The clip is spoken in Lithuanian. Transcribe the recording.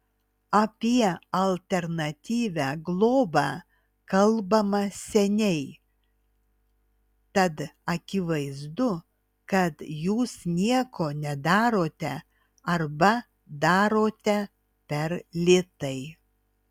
apie alternatyvią globą kalbama seniai tad akivaizdu kad jūs nieko nedarote arba darote per lėtai